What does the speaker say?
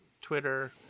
Twitter